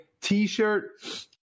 t-shirt